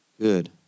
Good